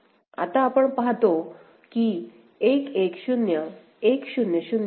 आता आपण पाहतो की 1 1 0 1 0 0